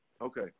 Okay